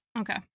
Okay